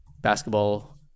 basketball